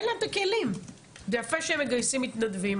זה יפה שהם מגייסים מתנדבים.